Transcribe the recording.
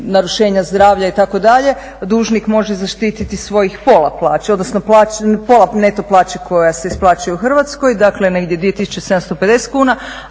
narušenja zdravlja itd. dužnik može zaštititi svojih pola plaće, odnosno pola neto plaće koja se isplaćuje u Hrvatskoj, dakle negdje 2750 kuna.